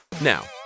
Now